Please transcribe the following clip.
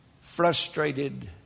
frustrated